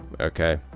okay